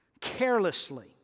carelessly